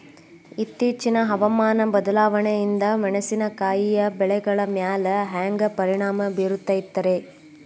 ಇತ್ತೇಚಿನ ಹವಾಮಾನ ಬದಲಾವಣೆಯಿಂದ ಮೆಣಸಿನಕಾಯಿಯ ಬೆಳೆಗಳ ಮ್ಯಾಲೆ ಹ್ಯಾಂಗ ಪರಿಣಾಮ ಬೇರುತ್ತೈತರೇ?